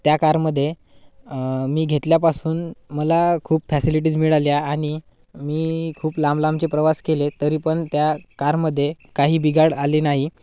त्या कारमध्ये मी घेतल्यापासून मला खूप फॅसिलिटीज मिळाल्या आणि मी खूप लांब लांबचे प्रवास केले तरी पण त्या कारमध्ये काही बिघाड आली नाही